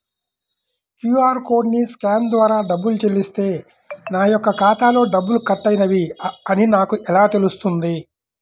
QR కోడ్ని scan ద్వారా డబ్బులు చెల్లిస్తే నా యొక్క ఖాతాలో డబ్బులు కట్ అయినవి అని నాకు ఎలా తెలుస్తుంది?